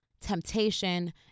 Temptation